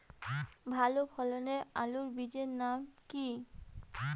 ভালো ফলনের আলুর বীজের নাম কি?